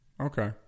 Okay